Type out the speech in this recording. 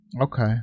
okay